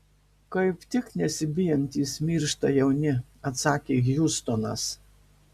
kaip tik nesibijantys miršta jauni atsakė hjustonas